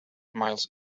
miles